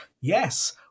yes